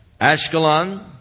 Ashkelon